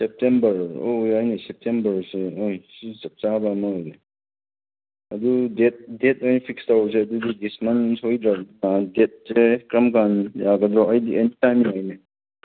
September ꯑꯣ ꯌꯥꯏꯅꯦ ꯁꯦꯞꯇꯦꯝꯕꯔꯁꯦ ꯍꯣꯏ ꯁꯤ ꯆꯞꯆꯥꯕ ꯑꯃ ꯑꯣꯏꯔꯦ ꯑꯗꯨ ꯗꯦꯠ ꯑꯣꯏꯅ ꯐꯤꯛꯁ ꯇꯧꯁꯦ ꯑꯗꯨꯗꯤ ꯗꯤꯁ ꯃꯟꯠ ꯁꯣꯏꯗ꯭ꯔꯃꯤꯅ ꯗꯦꯠꯁꯦ ꯀꯔꯝꯀꯥꯟ ꯌꯥꯒꯗ꯭ꯔꯣ ꯑꯩꯗꯤ ꯑꯦꯅꯤ ꯇꯥꯏꯝ ꯌꯥꯏꯅꯦ